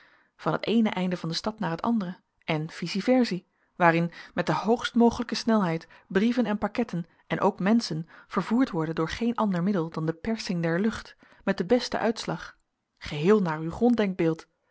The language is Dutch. van het eene einde van de stad naar het andere en vicie versie waarin met de hoogst mogelijke snelheid brieven en pakketten en ook menschen vervoerd worden door geen ander middel dan de persing der lucht met den besten uitslag geheel naar